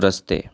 रस्ते